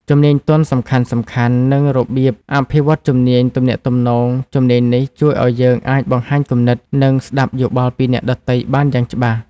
ជំនាញទន់សំខាន់ៗ និងរបៀបអភិវឌ្ឍន៍ជំនាញទំនាក់ទំនងជំនាញនេះជួយឲ្យយើងអាចបង្ហាញគំនិត និងស្តាប់យល់ពីអ្នកដទៃបានយ៉ាងច្បាស់។